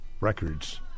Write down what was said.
records